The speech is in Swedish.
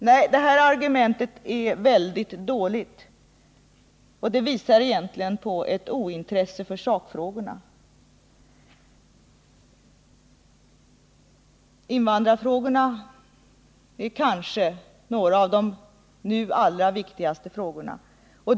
Nej, det här argumentet är mycket dåligt, och det visar egentligen på ointresse för sakfrågorna, Invandrarfrågorna är kanske några av de nu allra viktigaste frågorna.